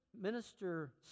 minister